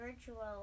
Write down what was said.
virtual